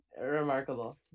remarkable